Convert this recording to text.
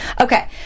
Okay